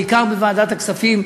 ובעיקר בוועדת הכספים,